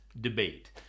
debate